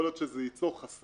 יכול להיות שזה ייצור חסם.